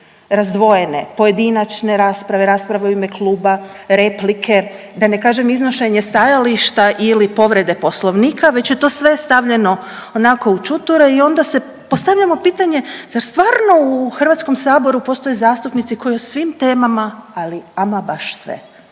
razdvojene pojedinačne rasprave, rasprave u ime kluba, replika, da ne kažem iznošenje stajališta ili povrede poslovnika, već je to sve stavljeno onako udžuture i onda se, postavljamo pitanje zar stvarno u HS postoje zastupnici koji o svim temama, ali ama baš sve